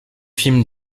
film